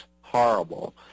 horrible